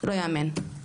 לא יאמן.